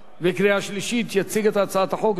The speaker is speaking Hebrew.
יציג את הצעת החוק יושב-ראש ועדת החוקה,